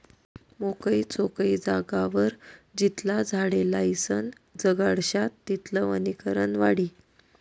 मोकयी चोकयी जागावर जितला झाडे लायीसन जगाडश्यात तितलं वनीकरण वाढी